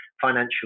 financial